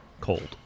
cold